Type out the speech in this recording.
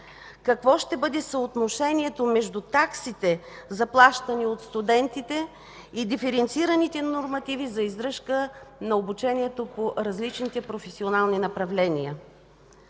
какво ще бъде съотношението между таксите, заплащани от студентите, и диференцираните нормативи за издръжка на обучението по различните професионални направления?